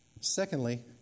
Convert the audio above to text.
secondly